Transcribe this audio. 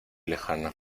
lejana